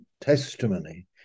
testimony